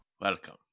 Welcome